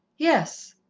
yes.